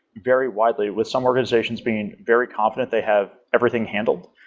very widely with some organizations being very confident, they have everything handled.